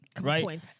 right